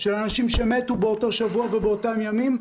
על אנשים שמתו באותו שבוע ובאותם ימים,